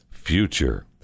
future